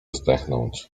zdechnąć